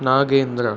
Nagendra